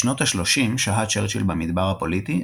בשנות השלושים שהה צ'רצ'יל במדבר הפוליטי,